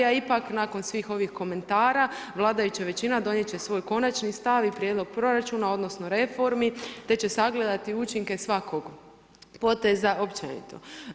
A ipak nakon svih ovih komentara vladajuća većina donijet će svoj konačni stav i prijedlog proračuna odnosno reformi te će sagledati učinke svakog poteza općenito.